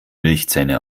milchzähne